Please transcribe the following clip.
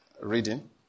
reading